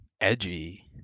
edgy